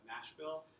Nashville